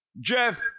Jeff